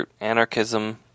anarchism